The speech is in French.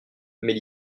mais